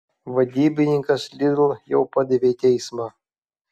vadybininkas lidl jau padavė į teismą